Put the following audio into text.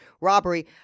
robbery